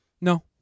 No